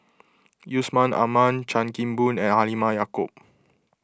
Yusman Aman Chan Kim Boon and Halimah Yacob